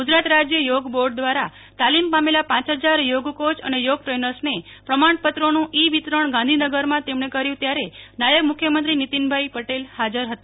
ગુજરાતમાં રાજ્ય યોગ બોર્ડ દ્વારા તાલીમ પામેલા પાંચ હજાર યોગ કોચ અને યોગ ટ્રેનર્સને પ્રમાણપત્રોનું ઈ વિતરણ ગાંધીનગરમાં તેમણે કર્યું હતું ત્યારે નાયબ મુખ્યમંત્રી નીતિનભાઈપટેલ હાજર હતા